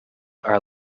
are